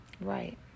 Right